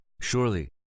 surely